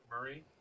Murray